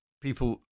people